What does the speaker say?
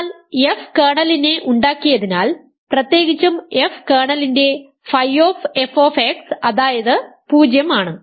എന്നാൽ f കേർണലിനെ ഉണ്ടാക്കിയതിനാൽ പ്രത്യേകിച്ചും f കേർണലിന്റെ ф ഓഫ് f അതായത് 0 ആണ്